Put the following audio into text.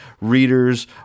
readers